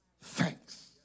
thanks